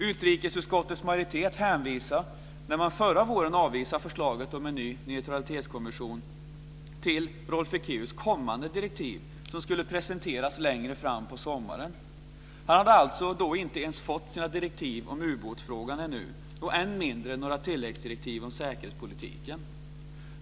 Utrikesutskottets majoritet hänvisade, när man förra våren avvisade förslaget om en ny neutralitetskommission, till Rolf Ekéus kommande direktiv, som skulle presenteras längre fram på sommaren. Han hade då inte ens fått sina direktiv om ubåtsfrågan, än mindre några tilläggsdirektiv om säkerhetspolitiken.